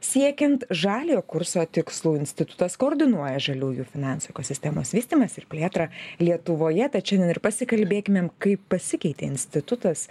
siekiant žaliojo kurso tikslų institutas koordinuoja žaliųjų finansų ekosistemos vystymąsi ir plėtrą lietuvoje tad šiandien ir pasikalbėkimėm kaip pasikeitė institutas